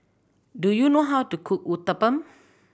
do you know how to cook Uthapam